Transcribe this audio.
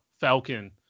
Falcon